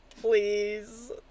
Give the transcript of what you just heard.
Please